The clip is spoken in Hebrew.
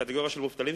קטגוריה של מובטלים,